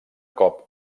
cop